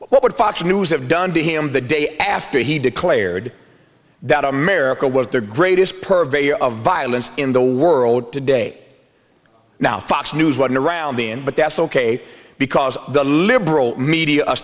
what would fox news have done to him the day after he declared that america was the greatest purveyor of violence in the world today now fox news wasn't around the end but that's ok because the liberal media